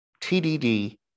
TDD